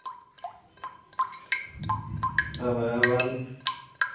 ᱛᱟᱯᱚᱨᱮ ᱟᱵᱟᱨ